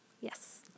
Yes